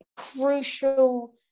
crucial